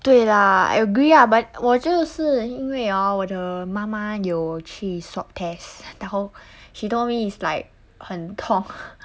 对 lah I agree ah but 我就是因为哦我的妈妈有去 swab test 然后 she told me is like 很痛